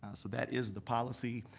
ah so that is the policy.